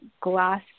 glass